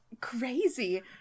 crazy